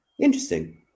Interesting